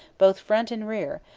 both front and rear,